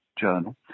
journal